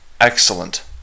excellent